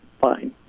fine